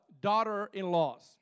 Daughter-in-laws